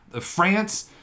France